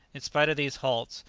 in spite of these halts,